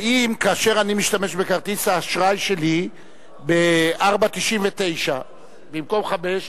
האם כאשר אני משתמש בכרטיס האשראי שלי ב-4.99 במקום 5,